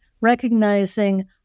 recognizing